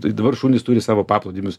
tai dabar šunys turi savo paplūdimius